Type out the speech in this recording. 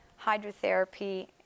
hydrotherapy